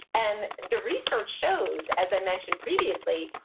and the research shows, as i mentioned previously,